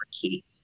key